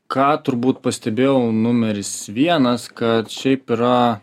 ką turbūt pastebėjau numeris vienas kad šiaip yra